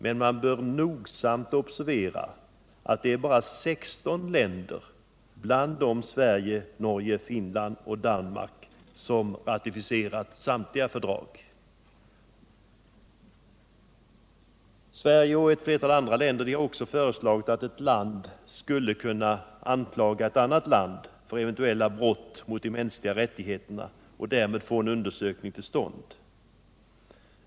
Man bör dock nogsamt observera att endast 16 länder — bland dem Sverige, Norge, Finland och Danmark — har ratificerat samtliga fördrag. Sverige och ett flertal andra länder har också föreslagit att ett land skulle kunna anklaga ett annat land för eventuella brott mot de mänskliga rättigheterna och därmed få en undersökning till stånd.